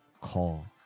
call